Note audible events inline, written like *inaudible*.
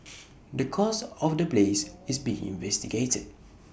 *noise* the cause of the blaze is being investigated